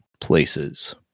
places